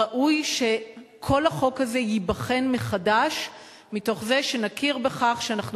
ראוי שכל החוק הזה ייבחן מחדש מתוך זה שנכיר בכך שאנחנו